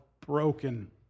broken